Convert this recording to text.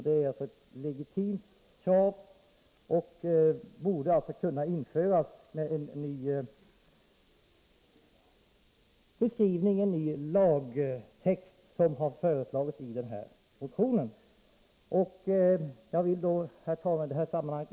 Detta är ett legitimt krav som borde kunna tillgodoses genom det förslag till ny lagtext som har föreslagits i denna motion. Herr talman!